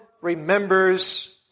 remembers